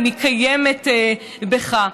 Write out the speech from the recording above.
אם היא קיימת בך.